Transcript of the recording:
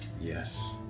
Yes